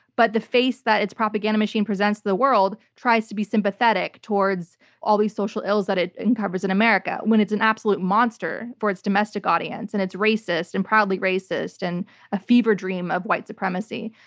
but the face that it's propaganda machine presents to the world tries to be sympathetic towards all these social ills that it uncovers in america, when it's an absolute monster for its domestic audience and it's racist, and proudly racist, and a fever dream of white supremacy.